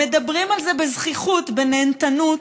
ומדברים על זה בזחיחות, בנהנתנות,